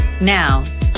Now